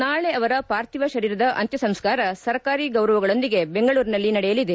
ನಾಳೆ ಅವರ ಪಾರ್ಥಿವ ಶುೀರದ ಅಂತ್ಯ ಸಂಸ್ಕಾರ ಸರ್ಕಾರಿ ಗೌರವಗಳೊಂದಿಗೆ ಬೆಂಗಳೂರಿನಲ್ಲಿ ನಡೆಯಲಿದೆ